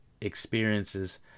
experiences